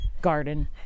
garden